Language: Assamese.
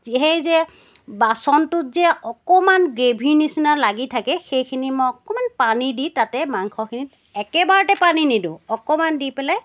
সেই যে বাচনটোত যে অকণমান গ্ৰেভীৰ নিচিনা লাগি থাকে সেইখিনি মই অকণমান পানী দি তাতে মাংসখিনিত একেবাৰতে পানী নিদিও অকণমান দি পেলাই